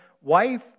wife